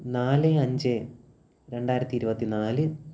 നാല് അഞ്ച് രണ്ടായിരത്തി ഇരുപത്തിനാല്